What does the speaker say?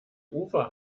ufer